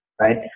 right